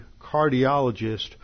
cardiologist